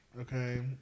Okay